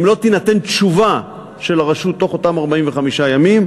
אם לא תינתן תשובה של הרשות בתוך אותם 45 ימים,